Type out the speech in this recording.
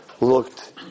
looked